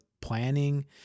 planning